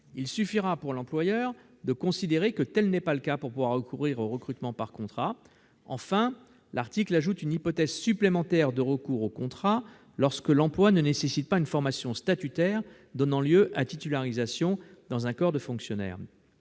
Il suffira donc pour l'employeur de considérer que tel n'est pas le cas pour pouvoir recourir au recrutement par contrat. Enfin, l'article ajoute une hypothèse supplémentaire de recours aux contrats lorsque l'emploi ne nécessite pas une formation statutaire donnant lieu à titularisation dans un corps de fonctionnaires.